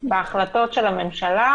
בהחלטות של הממשלה,